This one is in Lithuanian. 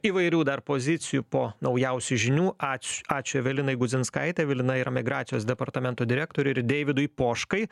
įvairių dar pozicijų po naujausių žinių ač ačiū evelinai gudzinskaitei evelina yra migracijos departamento direktorė ir deividui poškai